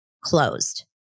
closed